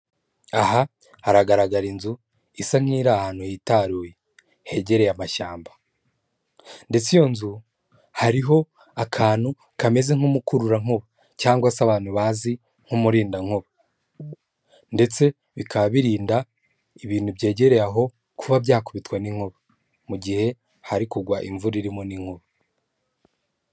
Aha haragaragara inzu isa nk'iri ahantu hitaruye, hegereye amashyamba ndetse iyo nzu hariho akantu kameze nk'umukururankuba cyangwa se abantu bazi nk'umurindankuba ndetse bikaba birinda ibintu byegereye aho, kuba byakubitwa n'inkuba mu gihe hari kugwa imvura irimo n'inkuba.